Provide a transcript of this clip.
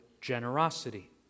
generosity